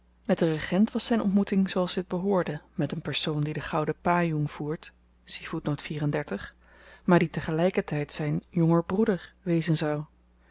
met den regent was zyn ontmoeting zooals dit behoorde met een persoon die den gouden pajong voert maar die te gelykertyd zyn jonger broeder wezen zou